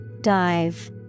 Dive